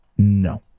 No